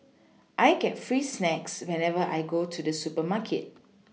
I get free snacks whenever I go to the supermarket